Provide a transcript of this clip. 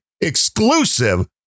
exclusive